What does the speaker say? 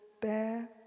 bear